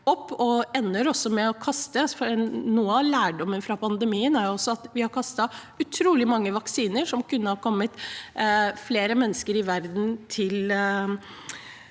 og ender med å kaste vaksiner. Noe av lærdommen fra pandemien er også at vi har kastet utrolig mange vaksiner som kunne ha kommet flere mennesker i verden til